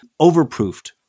overproofed